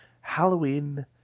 halloween